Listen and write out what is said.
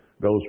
goes